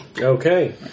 Okay